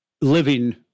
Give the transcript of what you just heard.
living